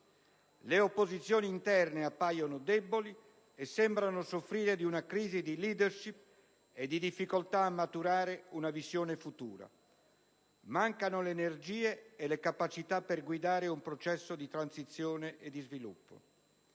Le opposizioni interne appaiono deboli e sembrano soffrire di una crisi di *leadership* e di difficoltà a maturare una visione futura. Mancano le energie e le capacità per guidare un processo di transizione e di sviluppo.